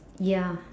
ya